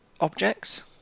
objects